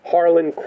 Harlan